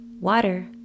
Water